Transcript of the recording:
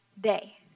day